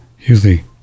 usually